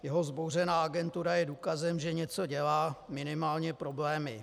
Jeho vzbouřená agentura je důkazem, že něco dělá, minimálně problémy.